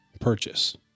purchase